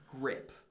grip